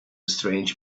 strange